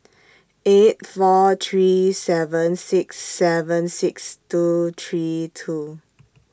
eight four three seven six seven six two three two